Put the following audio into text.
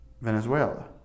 Venezuela